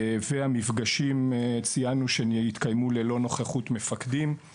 והמפגשים התקיימו ללא נוכחות מפקדים;